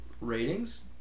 ratings